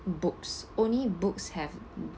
books only books have